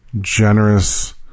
generous